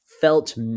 felt